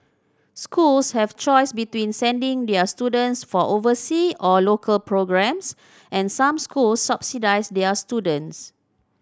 schools have a choice between sending their students for oversea or local programmes and some schools subsidise their students